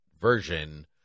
version